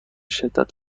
شدت